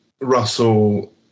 Russell